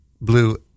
Blue